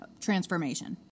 transformation